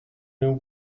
new